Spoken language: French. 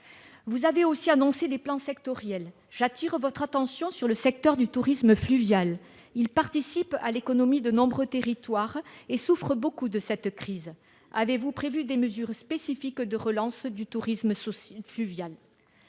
Vous avez aussi annoncé des plans sectoriels. J'appelle votre attention sur le secteur du tourisme fluvial, qui participe à l'économie de nombreux territoires et souffre beaucoup de cette crise. Avez-vous prévu des mesures spécifiques de relance du tourisme fluvial ?